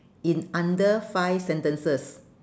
in under five sentences